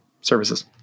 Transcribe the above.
services